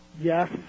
Yes